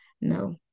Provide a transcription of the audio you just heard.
No